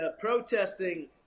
protesting